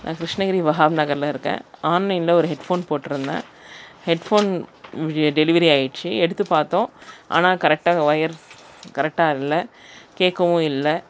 நான் கிருஷ்ணகிரி வகாப் நகரில் இருக்கேன் ஆன்லைனில் ஒரு ஹெட்ஃபோன் போட்டிருந்தேன் ஹெட்ஃபோன் டெலிவரி ஆகிடுச்சி எடுத்து பார்த்தோம் ஆனால் கரெக்டாக ஒயர் கரெக்டாக இல்லை கேட்கவும் இல்லை